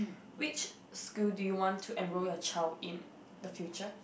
which school do you want to enroll your child in the future